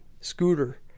scooter